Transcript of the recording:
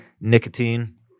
nicotine